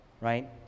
right